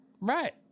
right